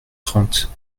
trente